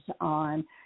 on